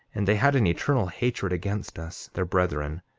and they had an eternal hatred against us, their brethren.